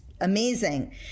amazing